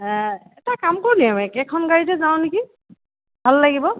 এটা কাম কৰোঁনি আমি একেখন গাড়ীতে যাওঁ নেকি ভাল লাগিব